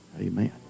Amen